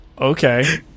okay